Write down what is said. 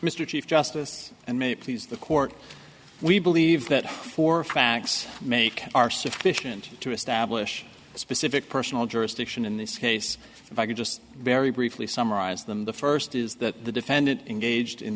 mr chief justice and may please the court we believe that four facts make are sufficient to establish a specific personal jurisdiction in this case if i could just very briefly summarize them the first is that the defendant engaged in